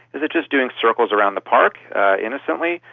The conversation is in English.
is it just doing circles around the park innocently,